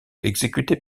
exécuté